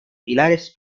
pilares